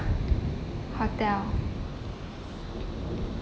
hotel